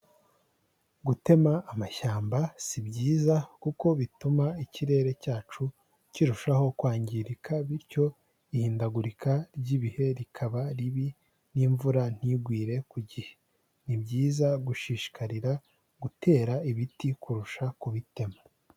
Gutema amashyamba si byiza kuko bituma ikirere cyacu kirushaho kwangirika, bityo ihindagurika ry'ibihe rikaba ribi n'imvura ntigwire ku gihe. Ni byiza gushishikarira gutera ibiti kurusha kubitema.